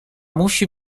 musi